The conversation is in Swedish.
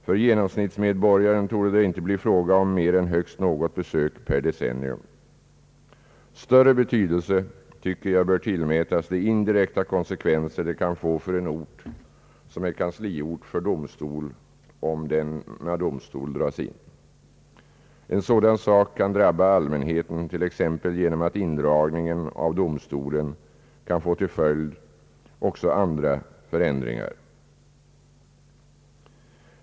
För genomsnittsmedborgaren torde det inte bli fråga om mer än högst något besök per decennium. Större betydelse bör enligt min mening tillmätas de indirekta konsekvenser det kan få för en ort som är kansliort för domstol om denna domstol dras in. En sådan sak kan drabba allmänheten t.ex. genom att indragningen av domstolen kan få till följd också andra :' förändringar.